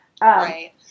Right